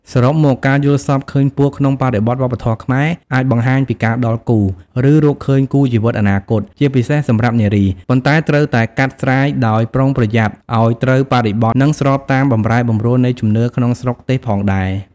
សរុបមក ការយល់សប្តិឃើញពស់ក្នុងបរិបទវប្បធម៌ខ្មែរអាចបង្ហាញពីការដល់គូ ឬរកឃើញគូជីវិតអនាគត (ជាពិសេសសម្រាប់នារី) ប៉ុន្តែត្រូវតែកាត់ស្រាយដោយប្រុងប្រយ័ត្ន ឱ្យត្រូវបរិបទ និងស្របតាមបម្រែបម្រួលនៃជំនឿក្នុងស្រុកទេសផងដែរ។